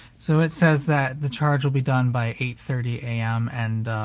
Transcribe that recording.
so it says that the charge will be done by eight thirty am and,